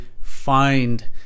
find